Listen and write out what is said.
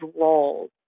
roles